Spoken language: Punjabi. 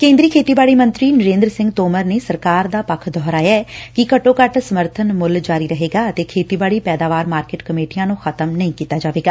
ਕੇਂਦਰੀ ਖੇਤੀਬਾੜੀ ਮੰਤਰੀ ਨਰੇਂਦਰ ਸਿੰਘ ਤੋਮਰ ਨੇ ਸਰਕਾਰ ਦਾ ਪੱਖ ਦੋਹਰਾਇਐ ਕਿ ਘੱਟੋ ਘੱਟ ਸਮਰਥਨ ਮੁੱਲ ਜਾਰੀ ਰਹੇਗਾ ਅਤੇ ਖੇਤੀਬਾੜੀ ਪੈਦਾਵਾਰ ਮਾਰਕਿਟ ਕਮੇਟੀਆਂ ਨੂੰ ਖ਼ਤਮ ਨਹੀਂ ਕੀਤਾ ਜਾਵੇਗਾ